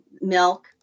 Milk